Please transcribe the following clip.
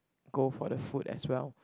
go for the food as well